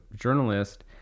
journalist